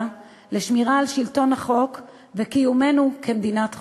לשמירה על שלטון החוק וקיומנו כמדינת חוק.